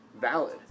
valid